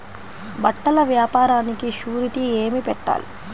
బట్టల వ్యాపారానికి షూరిటీ ఏమి పెట్టాలి?